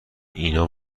اینا